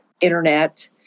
internet